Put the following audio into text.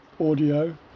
audio